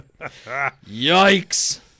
Yikes